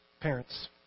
Parents